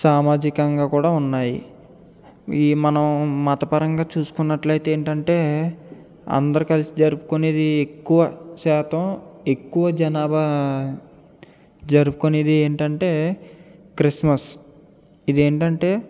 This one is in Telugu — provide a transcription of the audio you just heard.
సామాజికంగా కూడా ఉన్నాయి ఇయి మనం మతపరంగా చూసుకున్నట్లయితే ఏంటంటే అందరూ కలిసి జరుపుకునేది ఎక్కువ శాతం ఎక్కువ జనాభా జరుపుకునేది ఏంటంటే క్రిస్మస్ ఇది ఏంటంటే